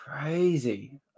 crazy